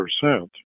percent